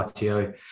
ITO